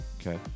Okay